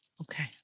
Okay